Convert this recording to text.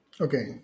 Okay